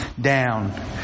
down